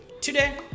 Today